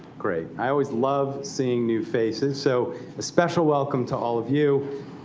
great. i always love seeing new faces, so a special welcome to all of you.